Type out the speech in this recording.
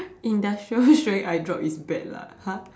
industrial strength I drop it's bad lah !huh!